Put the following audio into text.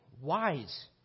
wise